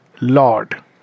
Lord